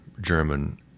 German